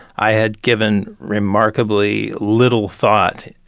i had given remarkably little thought,